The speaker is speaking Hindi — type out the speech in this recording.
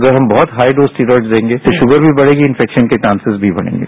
अगर हम बहुत हाई डोज स्टेरॉयड देंगे तो शुगर भी बढ़ेगी इंफैक्शन के चांसिज भी बढ़ेगें